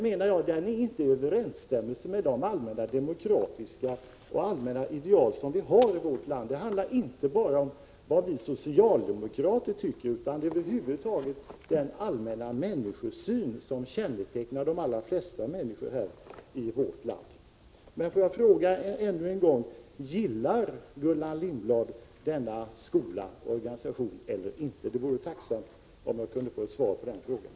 Den stämmer inte överens med de allmänna demokratiska ideal som vi har i vårt land. Det handlar inte bara om vad vi socialdemokrater tycker utan över huvud taget om den allmänna människosyn som kännetecknar de allra flesta människor i vårt land. Får jag fråga Gullan Lindblad än en gång: Gillar Gullan Lindblad denna organisation eller inte? Jag vore tacksam om jag kunde få svar på den frågan.